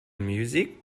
music